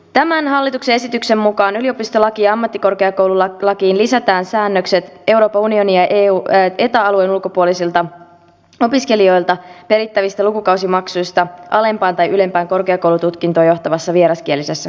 tämän hallituksen esityksen mukaan yliopistolakiin ja ammattikorkeakoululakiin lisätään säännökset euroopan unionin ja eta alueen ulkopuolisilta opiskelijoilta perittävistä lukukausimaksuista alempaan tai ylempään korkeakoulututkintoon johtavassa vieraskielisessä koulutuksessa